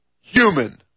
human